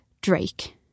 Drake